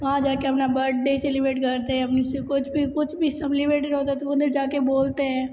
वहाँ जाके अपना बर्डे सेलिब्रेट करते हैं अपनी से कुछ भी कुछ भी सप्लीमेट नहीं होता तो उधर जाके बोलते हैं